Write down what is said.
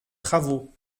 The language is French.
travaux